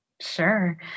Sure